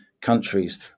countries